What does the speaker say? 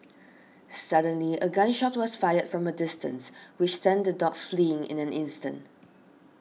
suddenly a gun shot was fired from a distance which sent the dogs fleeing in an instant